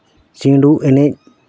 ᱪᱷᱤᱸᱰᱩ ᱮᱱᱮᱡ